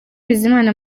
bizimana